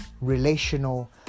relational